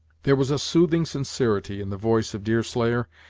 there was a soothing sincerity in the voice of deerslayer,